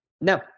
No